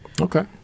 Okay